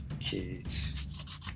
kids